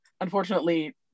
Unfortunately